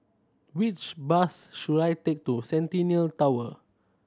which bus should I take to Centennial Tower